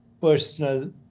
personal